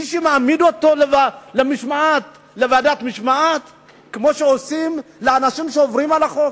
מישהו מעמיד אותו מול ועדת משמעת כמו שעושים לאנשים שעוברים על החוק?